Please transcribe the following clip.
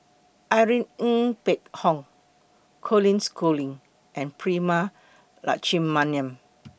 Irene Ng Phek Hoong Colin Schooling and Prema Letchumanan